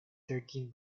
thirteen